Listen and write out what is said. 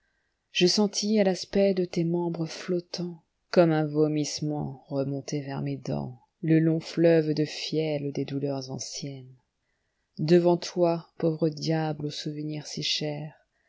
miennesije sentis à l'aspect de tes membres flottants comme un vomissement remonter vers mes dentsle long fleuve de fiel des douleurs anciennes devant toi pauvre diable au souvenir si cher